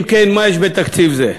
אם כן, מה יש בתקציב זה?